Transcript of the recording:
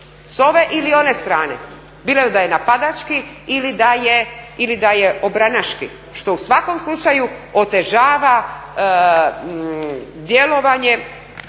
s ove ili one strane bilo da je napadački ili da je obranaški što u svakom slučaju otežava djelovanje